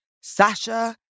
Sasha